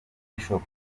bishop